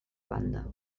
banda